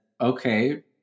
okay